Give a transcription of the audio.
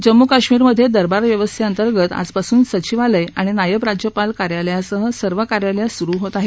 जम्मू काश्मीरमधे दरबार व्यवस्थेअंतर्गत आजपासून सचिवालय आणि नायब राज्यपाल कार्यालयासह सर्व कार्यालयं सुरु होत आहेत